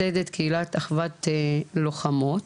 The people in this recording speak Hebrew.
מייסדת קהילת "אחוות לוחמות".